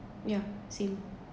yeah same